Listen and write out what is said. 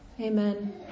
Amen